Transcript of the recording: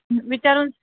विचारून